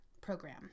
program